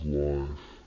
life